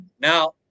Now